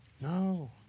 No